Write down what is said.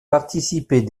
participer